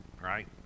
right